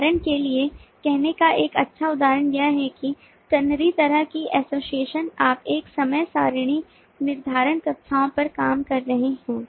उदाहरण के लिए कहने का एक अच्छा उदाहरण यह है कि ternary तरह की एसोसिएशन आप एक समय सारिणी निर्धारण कक्षाओं पर काम कर रहे हैं